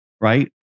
right